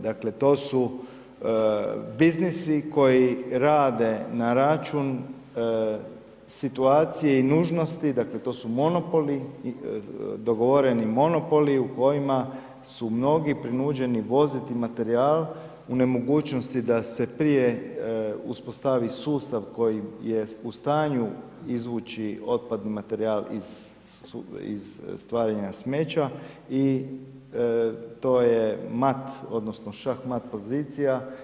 Daklem, to su biznisi koji rade na račun situacije i nužnosti, dakle to su monopoli, dogovoreni monopoli u kojima su mnogi prinuđeni voziti materijal u nemogućnost da se prije uspostavi sustav koji je u stanju izvući otpadni materijal iz stvaranja smeća i to je mat odnosno šah-mat pozicija.